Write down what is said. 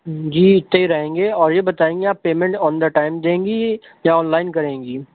جی اتنے ہی رہیں گے اور یہ بتائیے آپ پیمینٹ آن دا ٹائم دیں گی یا آن لائن کریں گی